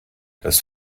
das